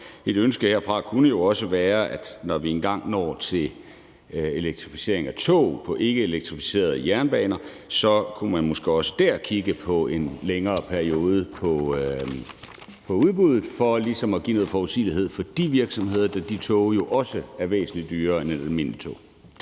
Et ønske herfra kunne jo også være, at når vi engang når til elektrificering af tog på ikkeelektrificerede jernbaner, kunne man måske også der kigge på en længere periode i udbuddet for ligesom at give noget forudsigelighed for virksomhederne, da de tog jo også er væsentlig dyrere end almindelige tog.